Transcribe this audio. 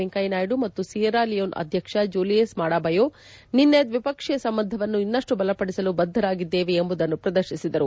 ವೆಂಕಯ್ಯ ನಾಯ್ಡು ಮತ್ತು Sierra Leone ಅಧ್ಯಕ್ಷ Julius Maada Bio ನಿನ್ನೆ ದ್ವಿಪಕ್ಷೀಯ ಸಂಬಂಧವನ್ನು ಇನ್ನಷ್ಟು ಬಲಪಡಿಸಲು ಬದ್ಧರಾಗಿದ್ದೇವೆ ಎಂಬುದನ್ನು ಪ್ರದರ್ಶಿಸಿದರು